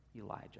Elijah